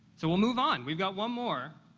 so we'll move on. we've got one more.